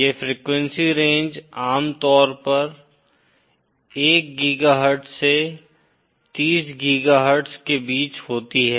यह frequency range आमतौर पर 1 गीगाहर्ट्ज से 30 गीगाहर्ट्ज के बीच होती है